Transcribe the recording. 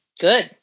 Good